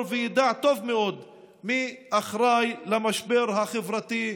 וידע טוב מאוד מי אחראי למשבר החברתי,